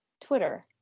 Twitter